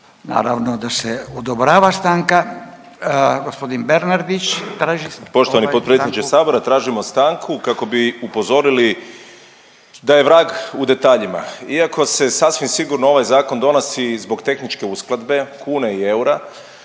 stanku. **Bernardić, Davor (Socijaldemokrati)** Poštovani potpredsjedniče sabora, tražimo stanku kako bi upozorili da je vrag u detaljima. Iako se sasvim sigurno ovaj zakon donosi zbog tehničke uskladbe kune i eura,